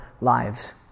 lives